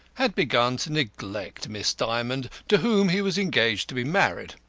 had begun to neglect miss dymond, to whom he was engaged to be married.